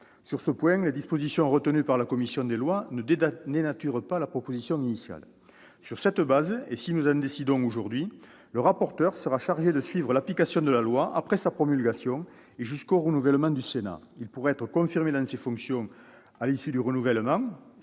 Sur ce point, les dispositions retenues par la commission des lois ne dénaturent pas la proposition de résolution initiale. Dès lors, si nous en décidons ainsi aujourd'hui, le rapporteur sera chargé de suivre l'application de la loi après sa promulgation et jusqu'au renouvellement du Sénat. Il pourra être confirmé dans ces fonctions à l'issue du renouvellement,